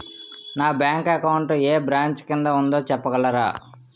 నా bank account ఏ branch కిందా ఉందో చెప్పగలరా?